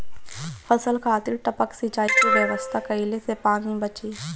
फसल खातिर टपक सिंचाई के व्यवस्था कइले से पानी बंची